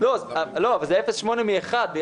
זה 0.8 לעומת 1,